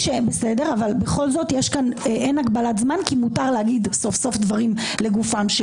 אין הגבלת זמן כי מותר להגיד סוף-סוף דברים לגופם.